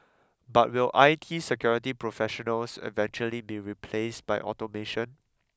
but will I T security professionals eventually be replaced by automation